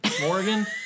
Morgan